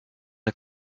der